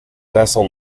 vessel